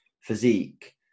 physique